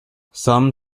some